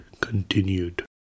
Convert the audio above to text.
continued